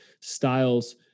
styles